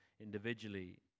individually